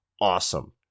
awesome